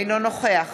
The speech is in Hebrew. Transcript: אינו נכוח